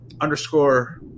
underscore